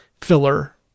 filler